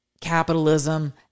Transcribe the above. capitalism